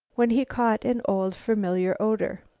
when he caught an old, familiar odor.